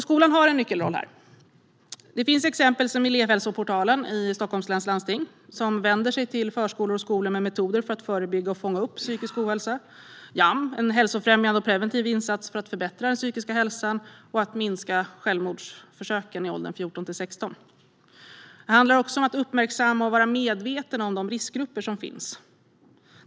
Skolan har en nyckelroll här. Det finns exempel som Elevhälsoportalen i Stockholms läns landsting, som vänder sig till förskolor och skolor med metoder för att förebygga och fånga upp psykisk ohälsa, och Yam, som är en hälsofrämjande och preventiv insats för att förbättra den psykiska hälsan och minska självmordsförsöken i åldrarna 14-16. Det handlar också om att uppmärksamma och vara medveten om de riskgrupper som finns.